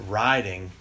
riding